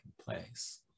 place